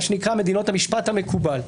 מה שנקרא "מדינות המשפט המקובל".